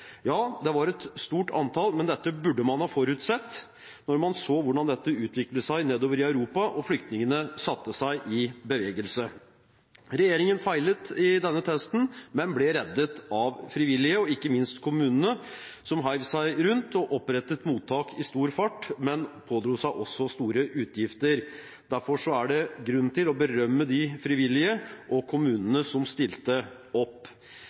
Ja, det var et stort antall, men dette burde man ha forutsett da man så hvordan dette utviklet seg nedover i Europa og flyktningene satte seg i bevegelse. Regjeringen feilet i denne testen, men ble reddet av frivillige og, ikke minst, av kommunene, som heiv seg rundt og opprettet mottak i stor fart – men pådro seg også store utgifter. Derfor er det grunn til å berømme de frivillige og kommunene, som stilte opp.